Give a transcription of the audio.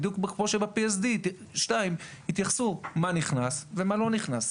בדיוק כמו שב-PSD 2 התייחסו למה שנכנס ולמה שלא נכנס.